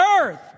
earth